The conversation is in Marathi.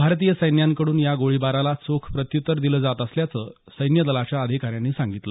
भारतीय सैन्याकडून या गोळीबाराला चोख प्रत्युत्तर दिलं जात असल्याचं सैन्य दलाच्या अधिकाऱ्यांनी सांगितलं